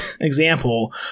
example